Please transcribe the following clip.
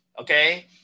okay